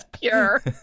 pure